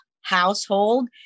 household